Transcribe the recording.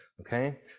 Okay